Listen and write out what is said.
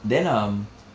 then um